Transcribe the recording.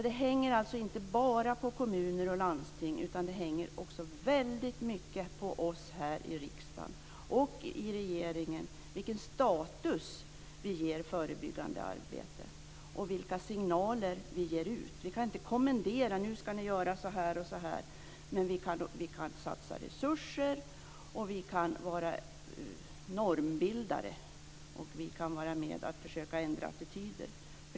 Det hänger inte bara på kommuner och landsting utan också mycket på oss här i riksdagen och i regeringen vilken status vi ger förebyggande arbete, och vilka signaler vi ger. Vi kan inte kommendera någon att göra si eller så, men vi kan satsa resurser och vara normbildare och vi kan vara med och försöka ändra attityder.